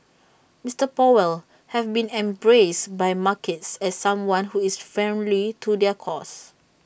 Mister powell have been embraced by markets as someone who is friendly to their cause